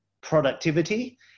productivity